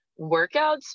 workouts